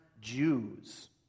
Jews